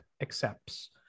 accepts